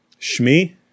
Shmi –